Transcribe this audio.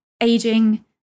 aging